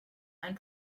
ein